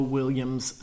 Williams